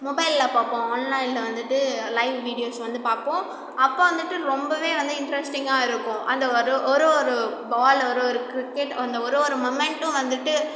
மொபைலில் பார்ப்போம் ஆன்லைனில் வந்துவிட்டு லைவ் வீடியோஸ் வந்து பார்ப்போம் அப்போ வந்துவிட்டு ரொம்பவே வந்து இன்ட்ரஸ்டிங்காக இருக்கும் அந்த ஒரு ஒரு ஒரு பாலு ஒரு ஒரு கிரிக்கெட் அந்த ஒரு ஒரு மொமெண்ட்டும் வந்துவிட்டு